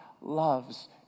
loves